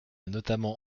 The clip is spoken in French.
notamment